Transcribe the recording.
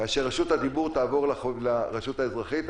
כאשר רשות הדיבור תעבור לגורמי החברה האזרחית.